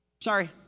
sorry